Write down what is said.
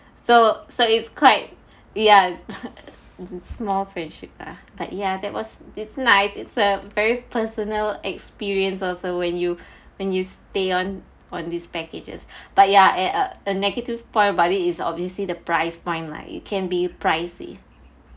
so so it's quite ya small friendship ah but ya that was it's nice it's a very personal experience also when you when you stay on on these packages but ya at a a negative point about it is obviously the price point lah it can be pricey